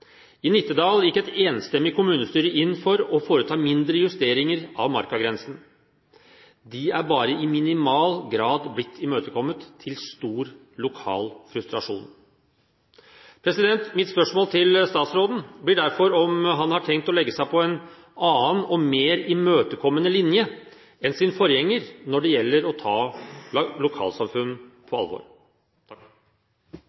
I Nittedal gikk et enstemmig kommunestyre inn for å foreta mindre justeringer av markagrensen. De er bare i minimal grad blitt imøtekommet, til stor lokal frustrasjon. Mitt spørsmål til statsråden blir derfor om han har tenkt å legge seg på en annen og mer imøtekommende linje enn sin forgjenger når det gjelder å ta lokalsamfunn på